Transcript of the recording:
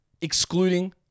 excluding